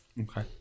Okay